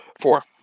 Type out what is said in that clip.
Four